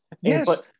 Yes